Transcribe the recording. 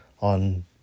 on